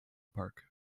park